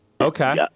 Okay